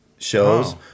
Shows